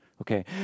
Okay